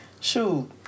shoot